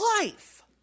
life